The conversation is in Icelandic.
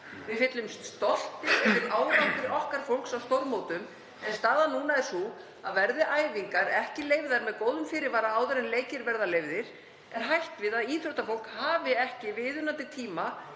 Við fyllumst stolti vegna árangurs okkar fólks á stórmótum, en staðan núna er sú að verði æfingar ekki leyfðar með góðum fyrirvara áður en leikir verða leyfðir er hætt við að íþróttafólk hafi ekki viðunandi tíma